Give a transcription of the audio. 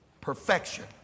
perfection